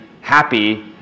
happy